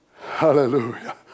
hallelujah